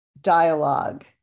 dialogue